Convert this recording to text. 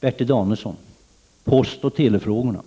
Bertil Danielsson talade om postoch telefrågorna.